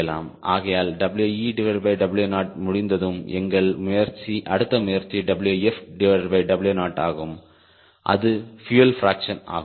ஆகையால் WeW0 முடிந்ததும் எங்கள் அடுத்த முயற்சி WfW0 ஆகும் அது பியூயல் பிராக்சன் ஆகும்